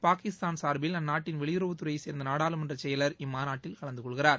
பாகிஸ்தான் சார்பில் அந்நாட்டின் வெளியுறவுத் துறையை சேர்ந்த நாடாளுமன்ற செயலர் இம்மாநாட்டில் கலந்துகொள்கிறார்